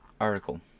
article